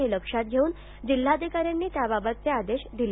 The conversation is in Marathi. ते लक्षात घेऊन जिल्हाधिकाऱ्यांनी त्याबाबतचे आदेश दिले